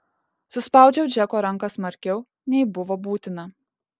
suspaudžiau džeko ranką smarkiau nei buvo būtina